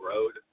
Road